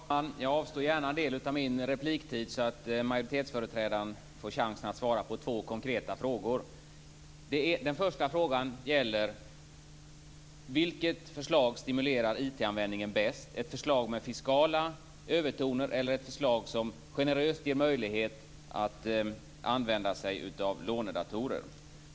Herr talman! Jag avstår gärna en del av min repliktid så att majoritetsföreträdaren får chansen att svara på två konkreta frågor. Den första frågan gäller vilket förslag som stimulerar IT-användningen bäst. Är det ett förslag med fiskala övertoner eller ett förslag som generöst ger arbetstagaren möjlighet att använda sig av lånedatorer?